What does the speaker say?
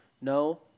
No